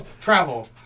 travel